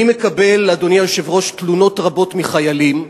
אני מקבל, אדוני היושב-ראש, תלונות רבות מחיילים,